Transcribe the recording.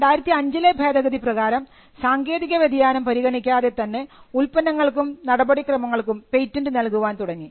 2005 ലെ ഭേദഗതി പ്രകാരം സാങ്കേതിക വ്യതിയാനം പരിഗണിക്കാതെ തന്നെ ഉൽപ്പന്നങ്ങൾക്കും നടപടിക്രമങ്ങൾക്കും പേറ്റന്റ് നൽകാൻ തുടങ്ങി